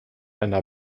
einer